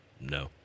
No